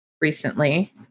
recently